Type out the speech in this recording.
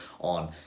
on